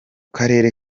karere